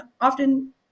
often